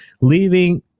leaving